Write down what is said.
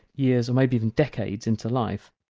years and maybe even decades into life.